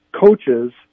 Coaches